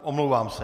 Omlouvám se.